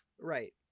Right